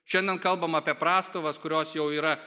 šiandien kalbam apie prastovas kurios jau yra